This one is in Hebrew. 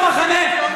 את בני העדה הדרוזית,